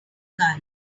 guy